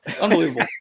unbelievable